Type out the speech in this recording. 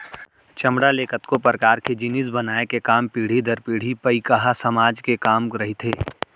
चमड़ा ले कतको परकार के जिनिस बनाए के काम पीढ़ी दर पीढ़ी पईकहा समाज के काम रहिथे